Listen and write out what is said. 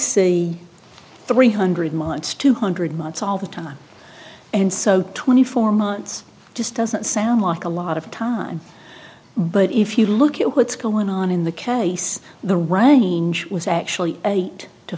see three hundred months two hundred months all the time and so twenty four months just doesn't sound like a lot of time but if you look at what's going on in the case the ronnie was actually eight to